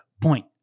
point